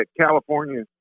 California